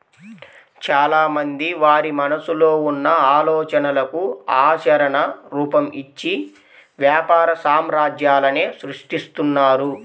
చాలామంది వారి మనసులో ఉన్న ఆలోచనలకు ఆచరణ రూపం, ఇచ్చి వ్యాపార సామ్రాజ్యాలనే సృష్టిస్తున్నారు